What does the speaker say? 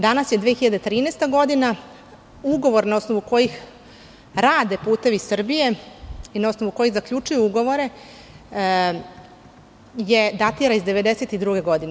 Danas je 2013. godina, ugovor na osnovu kojih rade "Putevi Srbije" i na osnovu kojih zaključuju ugovore datira iz 1992. godine.